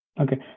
Okay